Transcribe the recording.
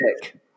pick